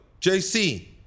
JC